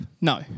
No